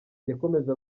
yakomeje